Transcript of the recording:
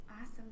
Awesome